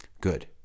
Good